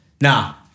Now